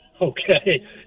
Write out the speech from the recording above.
Okay